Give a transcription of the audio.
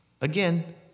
again